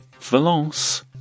Valence